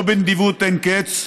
לא בנדיבות אין קץ,